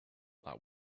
that